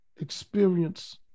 experience